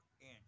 inch